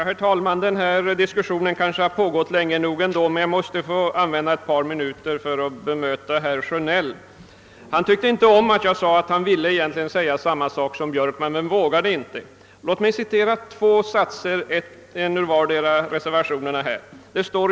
Herr talman! Den här diskussionen har kanske pågått länge nog men jag måste ändå be att få använda ett par minuter för att bemöta herr Sjönell. Herr Sjönell tyckte inte om att jag sade, att han egentligen ville säga samma sak som herr Björkman men inte vågade. Låt mig citera två satser, den ena ur reservationen och den andra ur det särskilda yttrandet.